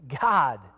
God